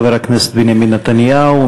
חבר הכנסת בנימין נתניהו,